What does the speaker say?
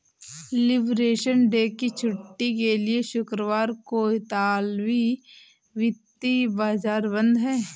liberation Day की छुट्टी के लिए शुक्रवार को इतालवी वित्तीय बाजार बंद हैं